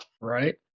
right